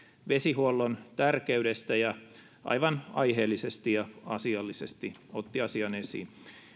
vesihuollon tärkeydestä ja aivan aiheellisesti ja asiallisesti otti asian esiin